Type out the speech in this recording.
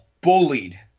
bullied